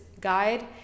guide